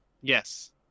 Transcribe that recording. Yes